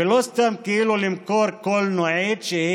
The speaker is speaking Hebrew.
ולא סתם למכור קלנועית,